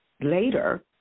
later